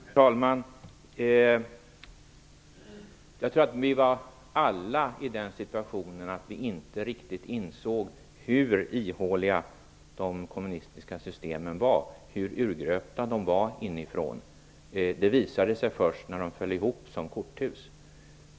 Herr talman! Jag tror att vi alla var i den situationen att vi inte riktigt insåg hur ihåliga de kommunistiska systemen var, hur urgröpta de var inifrån. Det visade sig först när de föll ihop som korthus.